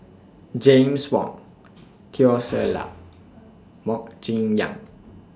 James Wong Teo Ser Luck Mok Jim Yang